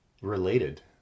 related